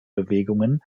bewegung